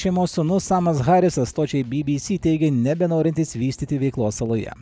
šeimos sūnus samas harisas stočiai bbc teigė nebenorintis vystyti veiklos saloje